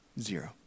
zero